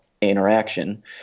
interaction